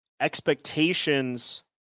expectations